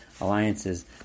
alliances